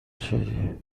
شدی